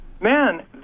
Man